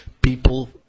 people